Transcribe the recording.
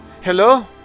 Hello